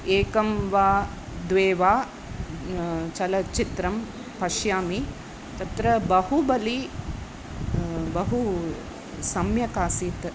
एकं वा द्वे वा चलचित्रं पश्यामि तत्र बहुबलि बहु सम्यक् आसीत्